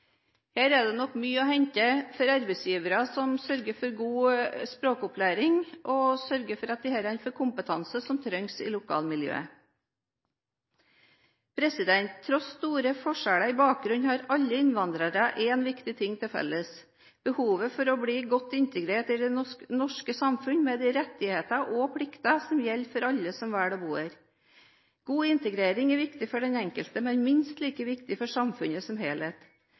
Her er det nok mye å hente for arbeidsgivere som sørger for god språkopplæring og sørger for at disse får kompetanse som trengs i lokalmiljøet. Tross store forskjeller i bakgrunn har alle innvandrere én viktig ting til felles: behovet for å bli godt integrert i det norske samfunn – med de rettigheter og plikter som gjelder for alle som velger å bo her. God integrering er viktig for den enkelte, men minst like viktig for samfunnet som helhet.